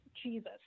Jesus